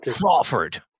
Crawford